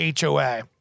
HOA